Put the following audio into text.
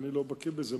כי אני לא בקי בזה,